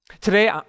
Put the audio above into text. Today